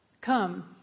Come